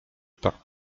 pain